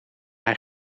hij